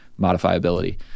modifiability